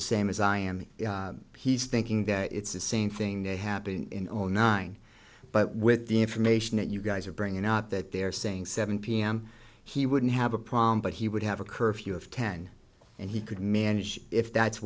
the same as i am he's thinking that it's the same thing happened in all nine but with the information that you guys are bringing out that they're saying seven p m he wouldn't have a problem but he would have a curfew of ten and he could manage if that's